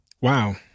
Wow